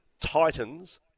Titans